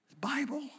Bible